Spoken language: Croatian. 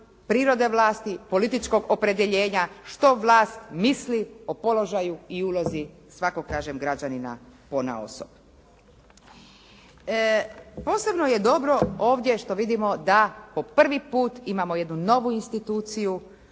prirode vlasti, političkog opredjeljenja što vlast misli o položaju i ulozi svakog kažem građanina ponaosob. Posebno je dobro ovdje što vidimo da ovo prvi puta imamo jednu novu instituciju,